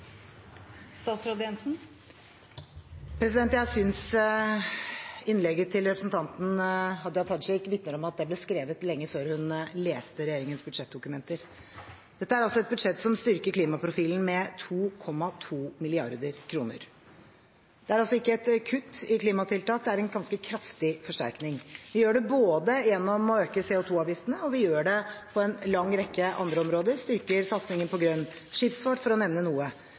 Jeg syns innlegget til representanten Hadia Tajik vitner om at det ble skrevet lenge før hun leste regjeringens budsjettdokumenter. Dette er et budsjett som styrker klimaprofilen med 2,2 mrd. kr. Det er altså ikke et kutt i klimatiltak, det er en ganske kraftig forsterkning. Vi gjør det både gjennom å øke CO2-avgiftene og på en lang rekke andre områder. Vi styrker satsingen på grønn skipsfart, for å nevne noe.